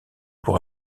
pour